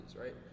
right